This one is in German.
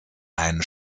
ein